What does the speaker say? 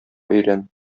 өйрән